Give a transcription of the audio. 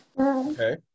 Okay